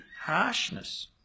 harshness